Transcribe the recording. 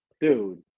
Dude